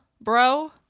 bro